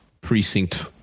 precinct